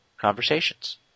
conversations